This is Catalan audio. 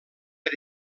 per